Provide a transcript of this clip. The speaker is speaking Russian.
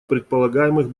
предполагаемых